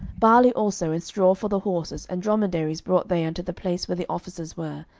barley also and straw for the horses and dromedaries brought they unto the place where the officers were,